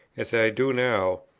as i do now,